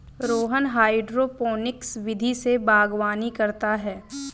Rohan hydroponics विधि से बागवानी करता है